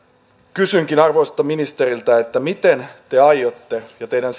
kysynkin arvoisalta ministeriltä miten te aiotte ja teidän